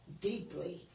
deeply